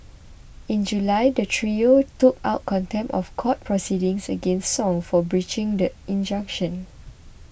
in July the trio took out contempt of court proceedings against Song for breaching the injunction